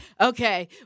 okay